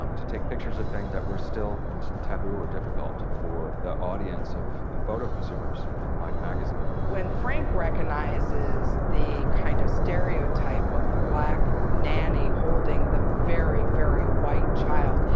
um to take pictures of things that were still taboo or difficult for the audience of, ah, photo consumers in life magazine. when frank recognizes the kind of stereotype of the black nanny holding the very, very white child,